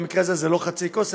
במקרה הזה זה לא חצי כוס,